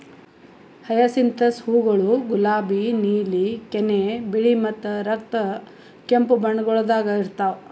hyacinthus ಹೂವುಗೊಳ್ ಗುಲಾಬಿ, ನೀಲಿ, ಕೆನೆ, ಬಿಳಿ ಮತ್ತ ರಕ್ತ ಕೆಂಪು ಬಣ್ಣಗೊಳ್ದಾಗ್ ಇರ್ತಾವ್